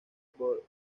por